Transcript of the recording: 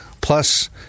Plus